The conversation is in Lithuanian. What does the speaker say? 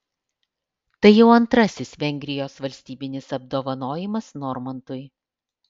tai jau antrasis vengrijos valstybinis apdovanojimas normantui